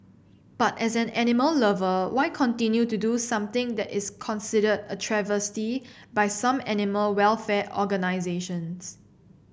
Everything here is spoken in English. but as an animal lover why continue to do something that is considered a travesty by some animal welfare organisations